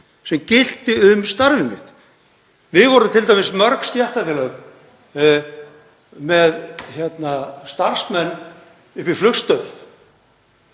sem gilti um starf mitt. Við vorum t.d. mörg stéttarfélög með starfsmenn uppi í flugstöð.